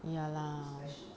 ya lah